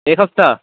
ایک ہفتہ